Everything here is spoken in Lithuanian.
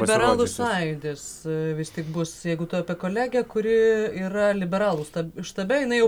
liberalų sąjūdis vis tik bus jeigu tu apie kolegę kuri yra liberalų štabe jinai jau